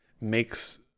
makes